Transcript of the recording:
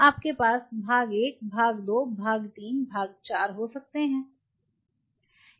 आपके पास भाग एक भाग दो भाग तीन भाग चार हो सकते हैं